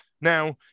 Now